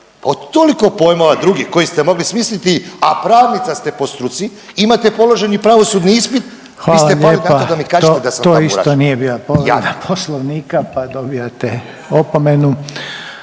od toliko pojmova drugih koje ste mogli smisliti, a pravnica ste po struci, imate položeni pravosudni ispit vi ste pali na to da sam tamburaš. **Reiner, Željko (HDZ)** Hvala lijepa. To isto nije bila povreda Poslovnika pa dobijate opomenu.